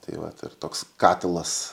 tai vat ir toks katilas